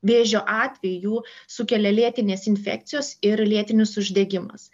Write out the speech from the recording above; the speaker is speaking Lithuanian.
vėžio atvejų sukelia lėtinės infekcijos ir lėtinis uždegimas